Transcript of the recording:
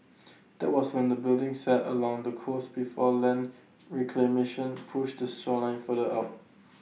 that was when the building sat along the coast before land reclamation push the shoreline further out